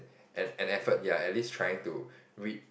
an an effort ya at least trying to read